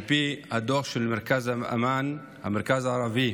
על פי הדוח של מרכז אל-אמל, המרכז הערבי